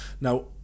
Now